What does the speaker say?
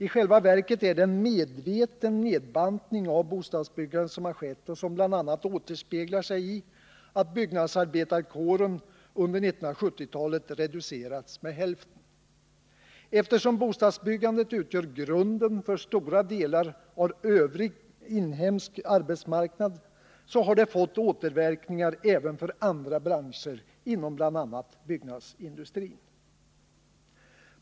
I själva verket är det en medveten nedbantning av bostadsbyggandet som har skett och som bl.a. återspeglar sig i att byggnadsarbetarkåren under 1970-talet reducerats med hälften. Eftersom bostadsbyggandet utgör grunden för stora delar av övrig inhemsk arbetsmarknad, har det fått återverkningar även för andra branscher inom bl.a. byggnadsindustrin.